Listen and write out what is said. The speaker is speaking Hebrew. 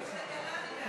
יש תקלה.